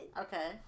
Okay